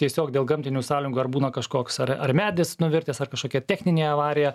tiesiog dėl gamtinių sąlygų ar būna kažkoks ar ar medis nuvirtęs ar kažkokia techninė avarija